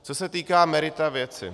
Co se týká merita věci.